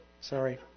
Sorry